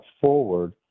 forward